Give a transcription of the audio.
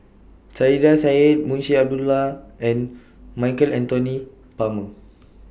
Saiedah Said Munshi Abdullah and Michael Anthony Palmer